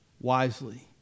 wisely